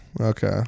Okay